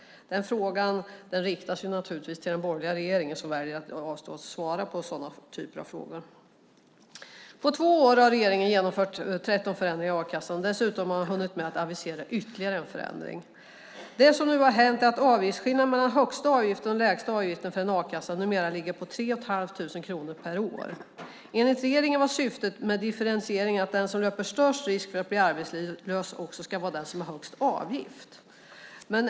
Den frågan riktar sig till den borgerliga regeringen som väljer att avstå från att svara på den typen av frågor. På två år har regeringen genomfört 13 förändringar av a-kassan. Dessutom har man hunnit med att avisera ytterligare en förändring. Det som nu har hänt är att avgiftsskillnaden mellan högsta avgiften och lägsta avgiften numera ligger på 3 500 kronor per år. Enligt regeringen var syftet med differentieringen att den som löper störst risk att bli arbetslös också ska vara den som har högst avgift.